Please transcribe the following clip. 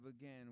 again